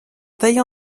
taille